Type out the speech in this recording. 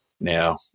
Now